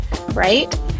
right